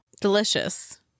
delicious